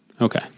Okay